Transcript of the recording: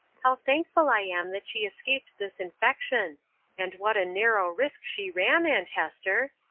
how thankful i am that she escaped this infection and what a narrow risk she ran, aunt hester!